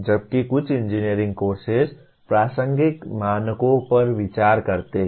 जबकि कुछ engineering courses प्रासंगिक मानकों पर विचार करते हैं